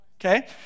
Okay